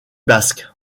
basque